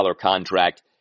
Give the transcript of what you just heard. contract